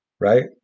Right